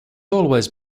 always